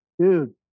dude